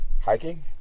Hiking